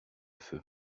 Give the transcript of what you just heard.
feu